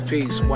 Peace